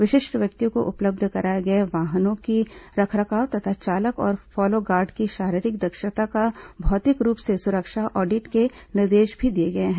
विशिष्ट व्यक्तियों को उपलब्ध कराए गए वाहनों का रखरखाव तथा चालक और फॉलोगार्ड की शारीरिक दक्षता का भौतिक रूप से सुरक्षा ऑडिट के निर्देश भी दिए गए हैं